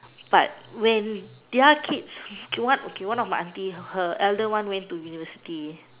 but when their kids okay one okay one of my aunty her elder one went to university